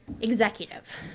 Executive